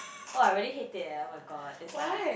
oh I really hate it leh [oh]-my-god it's like